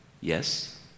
Yes